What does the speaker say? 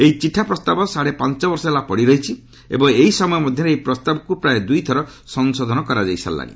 ଏହି ଚିଠା ପ୍ରସ୍ତାବ ସାଡ଼େ ପାଞ୍ଚବର୍ଷ ହେଲା ପଡ଼ିରହିଛି ଏବଂ ଏହି ସମୟ ମଧ୍ୟରେ ଏହି ପ୍ରସ୍ତାବକୁ ପ୍ରାୟ ଦୁଇଥର ସଂଶୋଧନ କରାଯାଇଛି